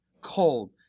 cold